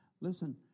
Listen